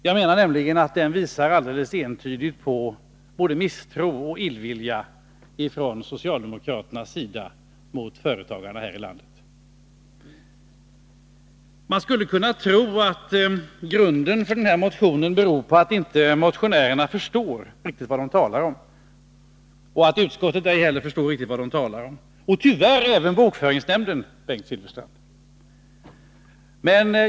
Jag menar nämligen att den visar alldeles entydigt på både misstro och illvilja från socialdemokraternas sida mot företagarna här i landet. Man skulle kunna tro att motionärerna och utskottet inte riktigt förstår vad de talar om och tyvärr inte heller bokföringsnämnden, Bengt Silfverstrand.